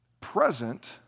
present